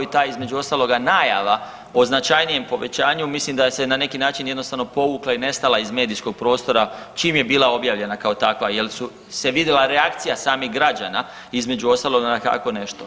između ostaloga najava o značajnijem povećanju mislim da se je na neki način jednostavno povukla i nestala iz medijskog prostora čim je bila objavljena kao takva jer su se vidjela reakcija samih građana između ostaloga na tako nešto.